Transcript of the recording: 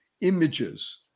images